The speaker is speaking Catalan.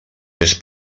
més